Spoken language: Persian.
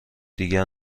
دیگر